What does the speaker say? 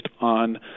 on